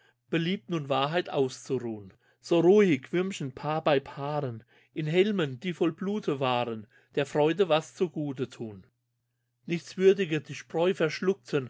beliebt nun wahrheit auszuruhn so ruhig würmcher paar bei paaren in helmen die voll blute waren der freude was zu gute thun nichtswürdige die spreu